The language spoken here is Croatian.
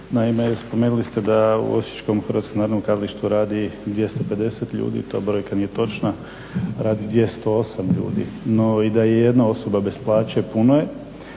naime spomenuli ste da u osječkom HNK-u radi 250 ljudi. Ta brojka nije točna, radi 208 ljudi. No, i da je jedna osoba bez plaće puno je,